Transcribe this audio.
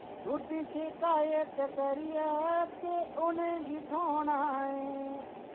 झूठी शिकायत करियै केह् उ'नेंगी थ्होना ऐ